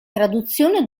traduzione